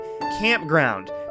Campground